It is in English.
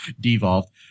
devolved